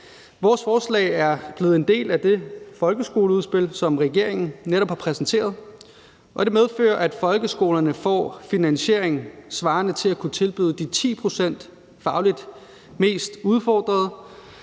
Vores forslag er blevet en del af det folkeskoleudspil, som regeringen netop har præsenteret, og det medfører, at folkeskolerne får finansiering svarende til at kunne tilbyde de 10 pct. fagligt mest udfordrede